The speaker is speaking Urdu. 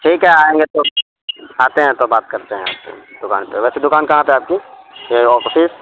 ٹھیک ہے آئیں گے تو آتے ہیں تو بات کرتے ہیں آپ دکان پہ ویسیے دکان کہاں پہ آپ کی یہ آفسس